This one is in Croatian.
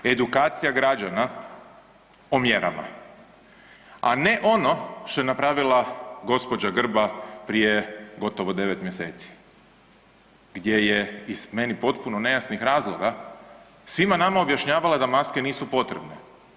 Edukacija građana o mjerama, a ne ono što je napravila gospođa Grba prije gotovo 9 mjeseci, gdje je iz meni potpuno nejasnih razloga svima nama objašnjavala da maske nisu potrebne.